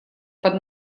под